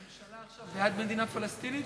הממשלה עדיין בעד מדינה פלסטינית?